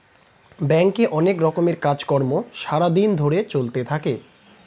ব্যাংকে অনেক রকমের কাজ কর্ম সারা দিন ধরে চলতে থাকে